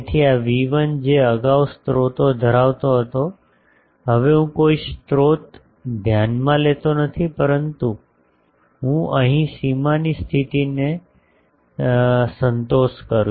તેથી આ V1 જે અગાઉ સ્રોતો ધરાવતો હતો હવે હું કોઈ સ્રોત ધ્યાનમાં લેતો નથી પરંતુ હું અહીં સીમાની સ્થિતિને સંતોષ કરું છું